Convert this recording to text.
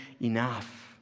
Enough